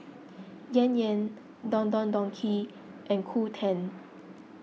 Yan Yan Don Don Donki and Qoo ten